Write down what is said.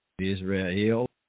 israel